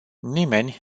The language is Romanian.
nimeni